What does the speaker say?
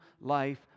life